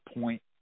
point